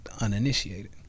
uninitiated